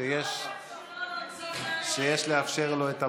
שיש לאפשר לו את הבמה.